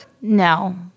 No